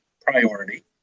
priority